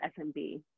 SMB